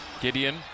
Gideon